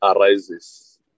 arises